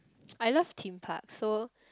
I love theme parks so